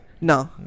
No